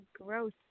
Gross